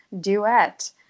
duet